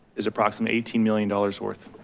is approximate eighteen million dollars worth